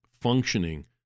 functioning